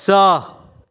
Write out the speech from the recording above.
स